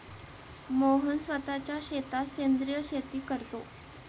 मोहन स्वतःच्या शेतात सेंद्रिय शेती करतो